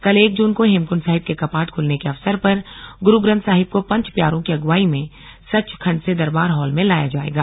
कल एक जून को हेमकुण्ड साहिब के कपाट खुलने के अवसर पर गुरूग्रन्थ साहिब को पंच प्यारों की अगुवाई में सच्च खण्ड से दरबार हॉल में लाया जायेगा